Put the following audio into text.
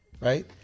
Right